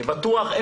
אני בטוח בזה.